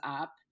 up